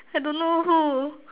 I don't know who